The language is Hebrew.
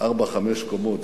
ארבע-חמש קומות.